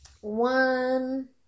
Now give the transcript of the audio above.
one